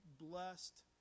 blessed